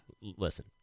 listen